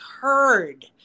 heard